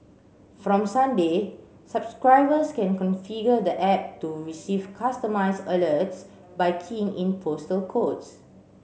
from Sunday subscribers can configure the app to receive customised alerts by keying in postal codes